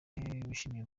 wishimiye